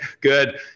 good